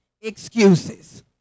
excuses